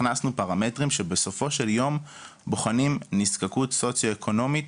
הכנסנו פרמטרים שבסופו של יום בוחנים נזקקות סוציו-אקונומית.